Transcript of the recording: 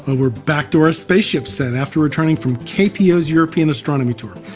ah we're back to our spaceship set after returning from kpo's european astronomy tour.